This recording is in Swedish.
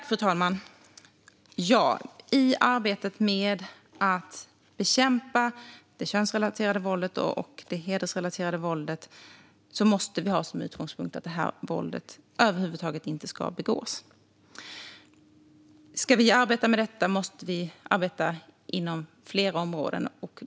Fru talman! I arbetet med att bekämpa det könsrelaterade och hedersrelaterade våldet måste vi ha som utgångspunkt att våldshandlingarna över huvud taget inte ska begås. Ska vi arbeta med detta måste vi arbeta inom flera områden.